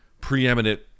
preeminent